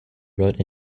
wrote